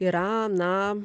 yra na